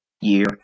year